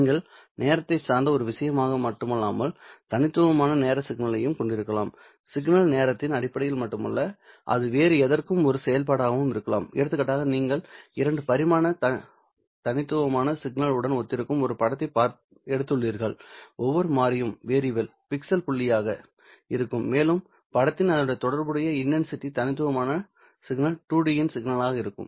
நீங்கள் நேரத்தை சார்ந்த ஒரு விஷயமாக மட்டுமல்லாமல் தனித்துவமான நேர சிக்னல்களையும் கொண்டிருக்கலாம்சிக்னல் நேரத்தின் அடிப்படையில் மட்டுமல்ல அது வேறு எதற்கும் ஒரு செயல்பாடாகவும் இருக்கலாம் எடுத்துக்காட்டாக நீங்கள் 2 பரிமாண தனித்துவமான சிக்னல் உடன் ஒத்திருக்கும் ஒரு படத்தை எடுத்துக்கொள்கிறீர்கள் ஒவ்வொரு மாறியும் பிக்சல் புள்ளியாக இருக்கும்மேலும் படத்தின் அதனுடன் தொடர்புடைய இன்டன்சிடி தனித்துவமான சிக்னல் 2D சிக்னலாக இருக்கும்